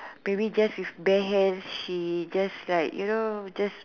maybe theirs is bare hand she just like you know just